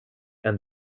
and